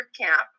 camp